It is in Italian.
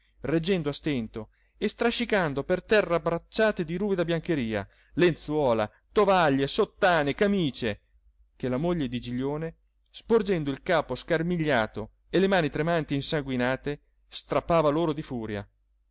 reggendo a stento e strascicando per terra bracciate di ruvida biancheria lenzuola tovaglie sottane camice che la moglie di giglione sporgendo il capo scarmigliato e le mani tremanti e insanguinate strappava loro di furia